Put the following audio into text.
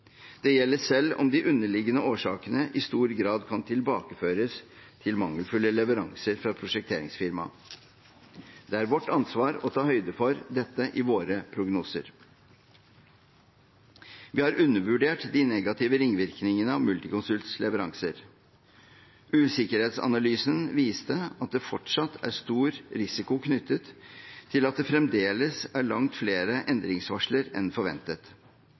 Det gjelder selv om de underliggende årsakene i stor grad kan tilbakeføres til mangelfulle leveranser fra prosjekteringsfirmaet. Det er vårt ansvar å ta høyde for dette i våre prognoser. Vi har undervurdert de negative ringvirkningene av Multiconsults leveranser. Usikkerhetsanalysen viste at det fortsatt er stor risiko knyttet til at det fremdeles er langt flere endringsvarsler enn forventet,